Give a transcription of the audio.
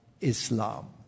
Islam